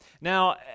Now